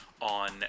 on